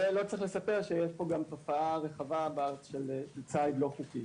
ולא צריך לספר שיש פה גם תופעה רחבה בארץ של ציד לא חוקי.